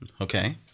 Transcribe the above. Okay